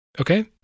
okay